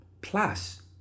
Plus